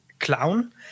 clown